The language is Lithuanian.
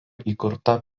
įkurta